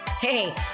Hey